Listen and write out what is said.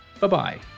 Bye-bye